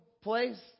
place